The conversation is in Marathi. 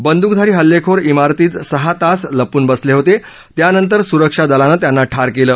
बंदूकधारी हल्लेखोर इमारतीत सहा तास लपून बसले होते त्यानंतर सुरक्षा दलानं त्यांना ठार केलं